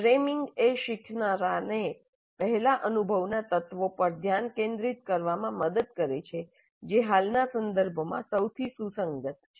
framing એ શીખનારાને પહેલાના અનુભવના તત્વો પર ધ્યાન કેન્દ્રિત કરવામાં મદદ કરે છે જે હાલના સંદર્ભમાં સૌથી સુસંગત છે